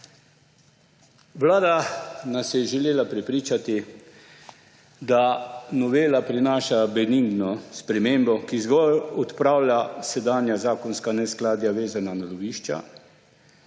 Vlada nas je želela prepričati, da novela prinaša benigno spremembo, ki zgolj odpravlja sedanja zakonska neskladja, vezana na lovišča